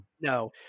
No